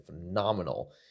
phenomenal